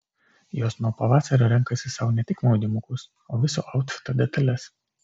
jos nuo pavasario renkasi sau ne tik maudymukus o viso autfito detales